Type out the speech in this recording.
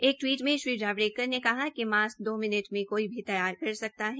एक टवीट में श्री जावड़ेकर ने कहा कि मास्क दो मिनट में कोई भी तैयार कर सकता है